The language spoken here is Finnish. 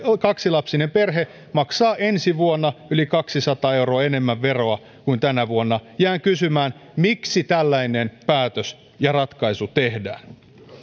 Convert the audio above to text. kaksilapsinen perhe maksaa ensi vuonna yli kaksisataa euroa enemmän veroa kuin tänä vuonna jään kysymään miksi tällainen päätös ja ratkaisu tehdään